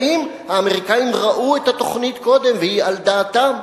אם האמריקנים ראו את התוכנית קודם והיא על דעתם.